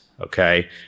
okay